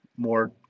more